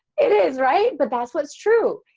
it is right but that's what's true!